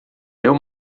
meu